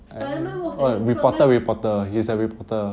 spider-man works as a clerk meh